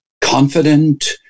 confident